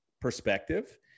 perspective